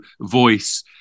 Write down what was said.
voice